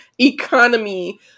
economy